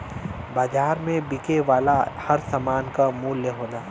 बाज़ार में बिके वाला हर सामान क मूल्य होला